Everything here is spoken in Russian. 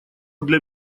для